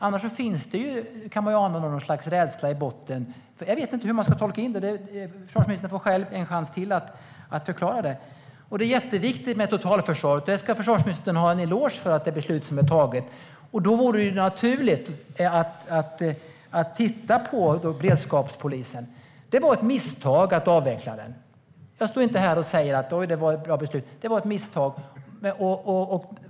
Annars kan man ana någon sorts rädsla i botten. Jag vet inte hur man ska tolka det. Försvarsministern får en chans till att själv förklara det. Det är jätteviktigt med totalförsvaret. Där ska försvarsministern ha en eloge för det beslut som är fattat. Men då vore det naturligt att titta på beredskapspolisen. Det var ett misstag att avveckla den. Jag står inte här och säger att det var ett bra beslut. Det var ett misstag.